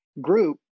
group